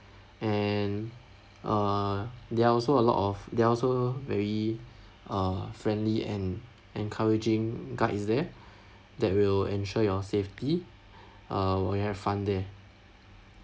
and err there are also a lot of they're also very uh friendly and encouraging guides there that will ensure your safety uh when you have fun there